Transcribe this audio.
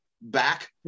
back